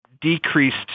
decreased